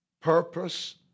purpose